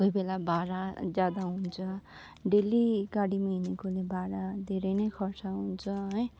कोही बेला भाडा ज्यादा हुन्छ डेली गाडीमा हिँडेकोले भाडा धेरै नै खर्च हुन्छ है